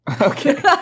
Okay